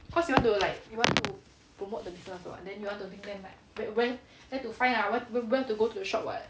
cause you want to like you want to promote the business [what] then you want to link them like where where where to find ah where to go to the shop [what]